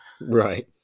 Right